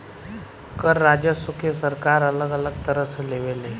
कर राजस्व के सरकार अलग अलग तरह से लेवे ले